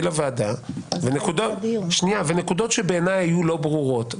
לוועדה ובנקודות שבעיניי היו לא ברורות.